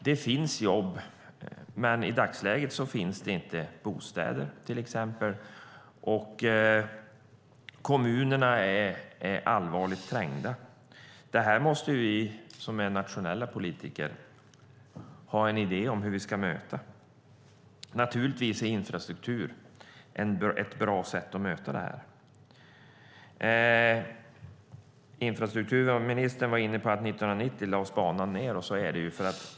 Det finns jobb, men i dagsläget finns det till exempel inte bostäder, och kommunerna är allvarligt trängda. Det här måste vi som är nationella politiker ha en idé om hur vi ska möta. Naturligtvis är infrastruktur ett bra sätt att möta det här. Infrastrukturministern nämnde att banan lades ned 1990.